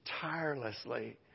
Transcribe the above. tirelessly